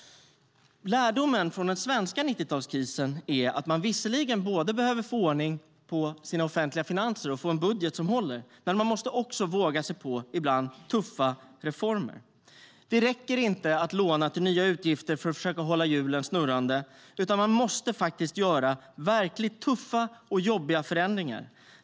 Lärdomen från den svenska 90-talskrisen är att man visserligen måste få ordning på sina egna offentliga finanser och få en budget som håller, men man måste också ibland våga sig på tuffa reformer. Det räcker inte att låna till nya utgifter för att försöka hålla hjulen snurrande, utan man måste faktiskt göra verkligt tuffa och jobbiga förändringar.